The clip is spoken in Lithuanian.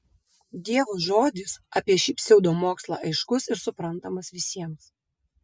dievo žodis apie šį pseudomokslą aiškus ir suprantamas visiems